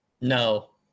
No